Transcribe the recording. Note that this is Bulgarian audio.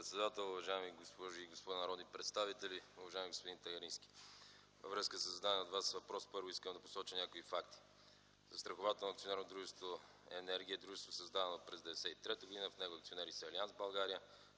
председател, уважаеми госпожи и господа народни представители, уважаеми господин Тагарински! Във връзка със зададения от Вас въпрос, първо, искам да посоча някои факти. Застрахователно акционерно дружество „Енергия” е дружество, създадено през 1993 г. В него акционери са „Алианс България”